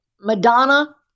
Madonna